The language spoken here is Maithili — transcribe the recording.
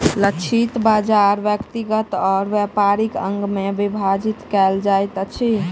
लक्षित बाजार व्यक्तिगत और व्यापारिक अंग में विभाजित कयल जाइत अछि